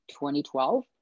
2012